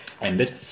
ended